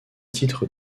titre